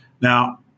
Now